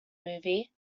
movie